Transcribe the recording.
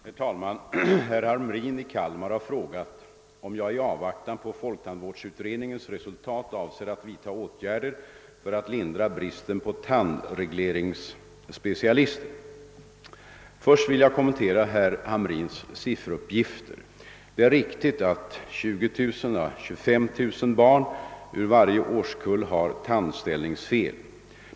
Herr talman! Herr Hamrin i Kalmar har frågat, om jag i avvaktan på folktandvårdsutredningens resultat avser att vidta åtgärder för att lindra bristen på tandregleringsspecialister. Först vill jag kommentera herr Hamrins sifferuppgifter. Det är riktigt att 20 000—25 000 barn ur varje årskull har tandställningsfel.